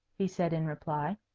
he said, in reply.